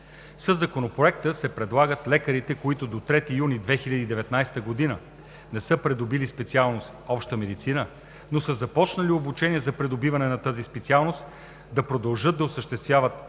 Със Законопроекта се предлага лекарите, които до 3 юни 2019 г. не са придобили специалност „Обща медицина“, но са започнали обучение за придобиване на тази специалност, да продължат да осъществяват